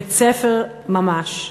בית-ספר ממש.